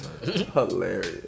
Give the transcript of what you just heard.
Hilarious